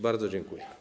Bardzo dziękuję.